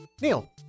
Neil